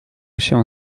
się